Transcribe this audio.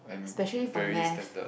specially for math